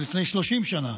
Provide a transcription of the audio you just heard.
מלפני 30 שנה,